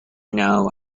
know